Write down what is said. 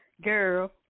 Girl